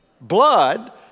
blood